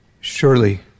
Surely